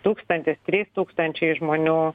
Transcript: tūkstantis trys tūkstančiai žmonių